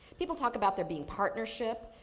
people talk about there being partnership.